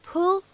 Pull